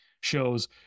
shows